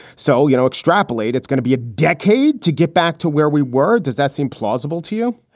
so, you know, extrapolate it's gonna be a decade to get back to where we were. does that seem plausible to you?